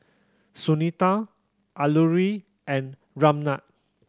Sunita Alluri and Ramnath